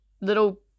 little